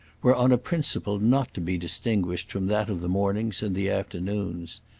were on a principle not to be distinguished from that of the mornings and the afternoons.